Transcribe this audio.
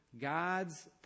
God's